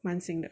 蛮新的